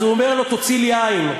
אז הוא אומר לו: תוציא לי עין.